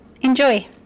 Enjoy